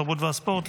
התרבות והספורט,